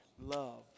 love